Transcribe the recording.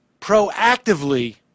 proactively